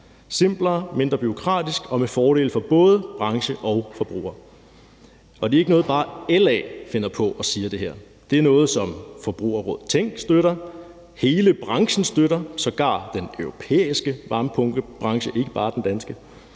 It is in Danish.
simplere, mindre bureaukratisk og med fordel for både branche og forbrugere. Det her er ikke bare noget, LA finder på og siger. Det er noget, som Forbrugerrådet Tænk støtter, og som hele branchen støtter, sågar den europæiske varmepumpebranche, ikke bare den danske,